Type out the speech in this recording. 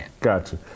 Gotcha